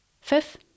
Fifth